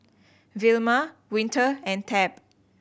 Vilma Winter and Tab